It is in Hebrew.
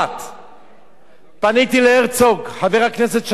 פניתי להרצוג, חבר הכנסת שהיה, הוא היה שר לשעבר,